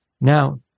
now